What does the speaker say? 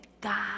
God